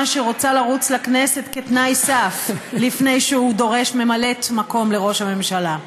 שרוצה לרוץ לכנסת כתנאי סף לפני שהוא דורש ממלאת מקום לראש הממשלה.